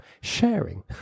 sharing